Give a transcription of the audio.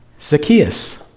Zacchaeus